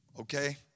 Okay